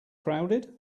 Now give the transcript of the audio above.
crowded